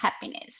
Happiness